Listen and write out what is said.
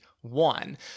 one